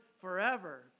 forever